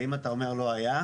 ואם אתה אומר לא היה,